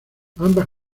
ambas